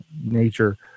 nature